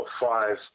five